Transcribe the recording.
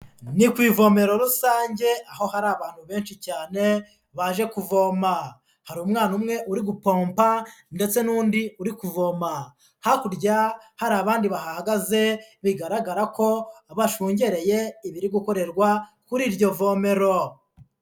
Ni ku ivomero rusange, aho hari abantu benshi cyane baje kuvoma, hari umwana umwe uri gupompa ndetse n'undi uri kuvoma, hakurya hari abandi bahahagaze, bigaragara ko bashungereye ibiri gukorerwa kuri iryo vomero.